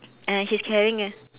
uh she's carrying a